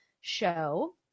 show